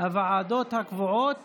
הוועדות הקבועות